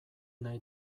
nahi